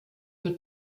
für